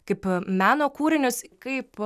kaip meno kūrinius kaip